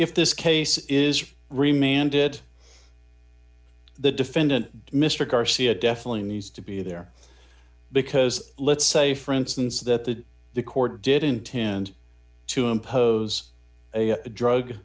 if this case is remain and it the defendant mr garcia definitely needs to be there because let's say for instance that that the court did intend to impose a drug